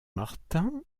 martin